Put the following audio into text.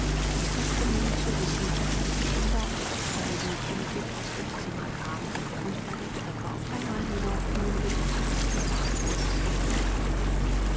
es muß genügen zu wissen daß die kinder und ihre freuden endlich aus dem zimmer kamen und eine treppe auf einmal hinaufgingen wo sie zu bett gebracht wurden und dort blieben